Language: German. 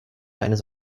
eines